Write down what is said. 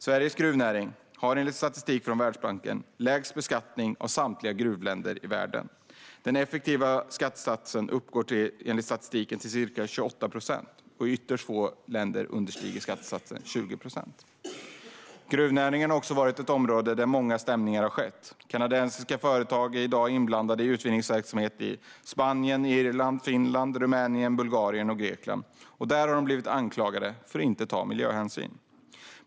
Sveriges gruvnäring har enligt statistik från Världsbanken lägst beskattning av samtliga gruvländer i världen. Den effektiva skattesatsen uppgår, enligt statistiken, till ca 28 procent. I ytterst få länder understiger skattesatsen 40 procent. Gruvnäringen har varit ett område där många stämningar har skett. Kanadensiska företag är i dag inblandade i utvinningsverksamhet i Spanien, Irland, Finland, Rumänien, Bulgarien och Grekland, och där har de blivit anklagade för att inte ta miljöhänsyn.